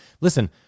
Listen